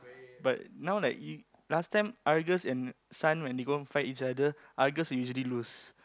but now like you last time Argus and Sun when they go and fight each other Argus will usually lose